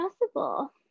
possible